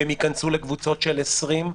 וייכנסו לקבוצות של 20,